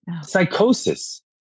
psychosis